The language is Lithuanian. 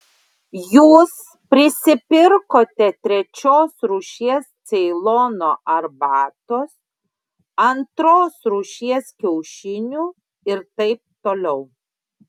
jūs prisipirkote trečios rūšies ceilono arbatos antros rūšies kiaušinių ir taip toliau